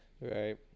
Right